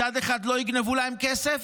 מצד אחד לא יגנבו להם כסף,